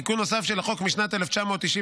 תיקון נוסף של החוק, משנת 1996,